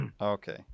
Okay